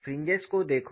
fringes को देखो